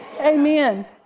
Amen